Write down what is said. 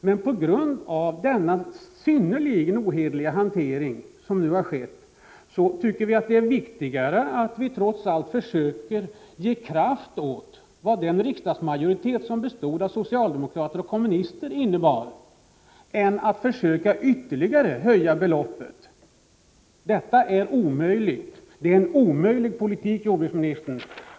Men på grund av den synnerligen ohederliga hantering som nu har skett tycker vi att det är viktigare att vi trots allt försöker ge kraft åt vad den riksdagsmajoritet som bestod av socialdemokrater och kommunister innebar än att vi försöker ytterligare höja beloppet. Detta är omöjligt. Det är en omöjlig politik, jordbruksministern.